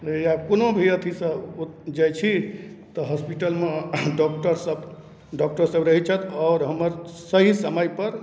रहैए कोनो भी अथिसँ जाइ छी तऽ हॉस्पिटलमे डॉक्टरसभ डॉक्टरसभ रहै छथि आओर हमर सही समयपर